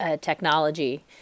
technology